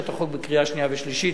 את הצעת החוק בקריאה שנייה ושלישית.